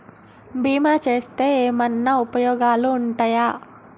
బీమా చేస్తే ఏమన్నా ఉపయోగాలు ఉంటయా?